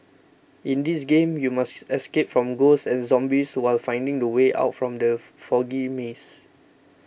in this game you must escape from ghosts and zombies while finding the way out from the foggy maze